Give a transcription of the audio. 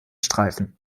streifen